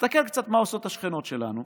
תסתכל קצת מה עושות השכנות שלנו.